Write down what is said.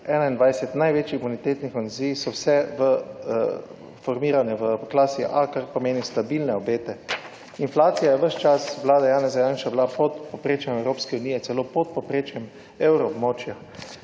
2021 največjih bonitetnih / neraumljivo/ so vse v formirane v klasje A, kar pomeni stabilne obete. Inflacija je ves čas, vlada Janeza Janše, je bila pod povprečjem Evropske unije, celo pod povprečjem euroobmočja.